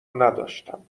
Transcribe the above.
نداشتم